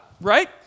right